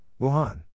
Wuhan